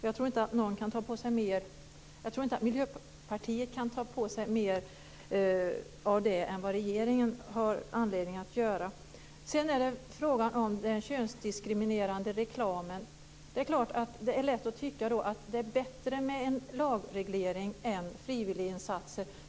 Jag tror dock inte att Miljöpartiet kan ta åt sig mer av det än vad regeringen har anledning att göra. Sedan är det frågan om den könsdiskriminerande reklamen. Det är klart att det är lätt att tycka att det är bättre med en lagreglering än med frivilliginsatser.